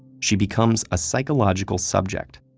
she becomes a psychological subject.